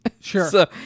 Sure